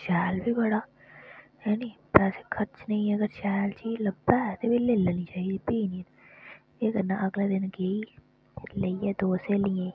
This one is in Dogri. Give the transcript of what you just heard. शैल बी बड़ा हैनी पैसे खरचने गी अगर शैल चीज लब्भै ते फ्ही लेई लैनी चाहिदी फ्ही नेईं केह् करना अगले दिन गेई लेइयै दो स्हेलियें गी